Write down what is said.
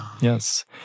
Yes